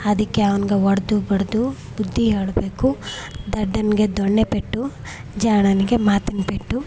ಅದಕ್ಕೆ ಅವ್ನ್ಗೆ ಹೊಡ್ದು ಬಡಿದು ಬುದ್ದಿ ಹೇಳಬೇಕು ದಡ್ಡನಿಗೆ ದೊಣ್ಣೆ ಪೆಟ್ಟು ಜಾಣನಿಗೆ ಮಾತಿನ ಪೆಟ್ಟು